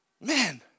Man